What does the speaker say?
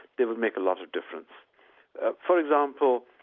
they would make a lot of difference for example,